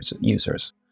users